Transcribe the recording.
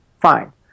fine